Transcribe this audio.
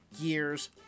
years